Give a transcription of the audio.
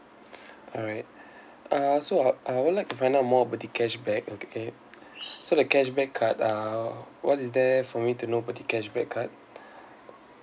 alright uh so uh I would like to find out more about the cashback okay so the cashback card uh what is there for me to know about the cashback card